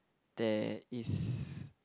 there is